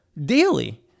daily